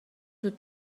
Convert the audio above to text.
زود